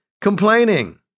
complaining